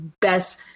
best